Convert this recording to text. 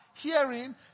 Hearing